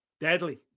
Deadly